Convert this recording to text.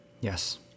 Yes